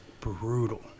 Brutal